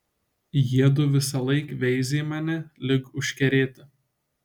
jiedu visąlaik veizi į mane lyg užkerėti